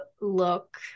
look